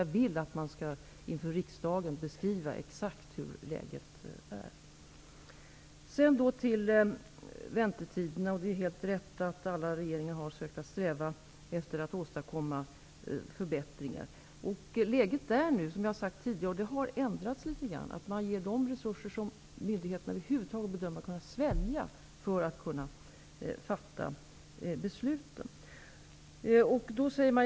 Jag vill att man inför riksdagen skall beskriva exakt hur läget är. Det är helt rätt att alla regeringar har strävat efter att åstadkomma förbättringar vad gäller väntetiderna. Man ger nu som jag har sagt tidigare de resurser som myndigheterna över huvud taget bedöms kunna svälja för att kunna fatta besluten. Det har ändrats litet grand.